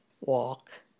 walk